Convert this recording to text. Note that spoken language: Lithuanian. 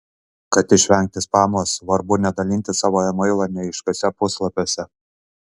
kad išvengti spamo svarbu nedalinti savo emailo neaiškiuose puslapiuose